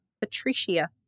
Patricia